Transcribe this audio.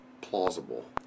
plausible